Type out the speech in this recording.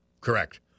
Correct